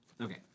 Okay